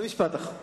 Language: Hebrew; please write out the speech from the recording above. משפט אחרון.